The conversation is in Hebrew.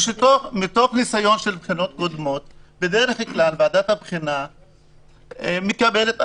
מתוך ניסיון של בחינות קודמות: בדרך כלל ועדת הבחינה מקבלת עררים,